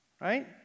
Right